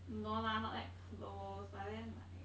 no lah not that close but then like